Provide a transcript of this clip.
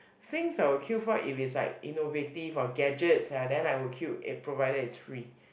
things I will queue for if it's like innovative or gadgets ya then I will queue it provided it's free